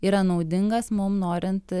yra naudingas mum norint